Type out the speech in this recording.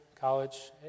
College